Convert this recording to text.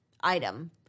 item